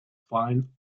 fine